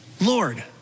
Lord